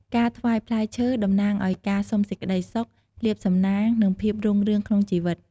ការថ្វាយផ្លែឈើតំណាងឱ្យការសុំសេចក្តីសុខ លាភសំណាង និងភាពរុងរឿងក្នុងជីវិត។